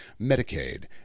Medicaid